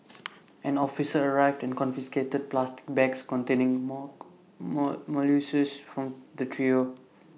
an officer arrived and confiscated bags containing more molluscs from the trio